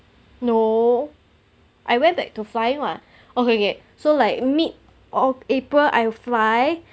no I went back to flying lah okay K so like mid of april I fly